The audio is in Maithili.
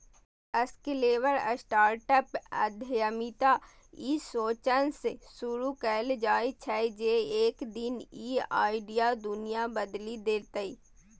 स्केलेबल स्टार्टअप उद्यमिता ई सोचसं शुरू कैल जाइ छै, जे एक दिन ई आइडिया दुनिया बदलि देतै